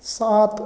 सात